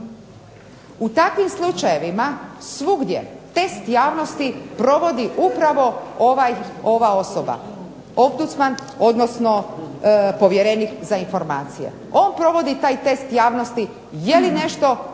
U takvim slučajevima svugdje test javnosti provodi upravo ova osoba, ombudsman, odnosno povjerenik za informacije. On provodi taj test javnosti je li nešto u interesu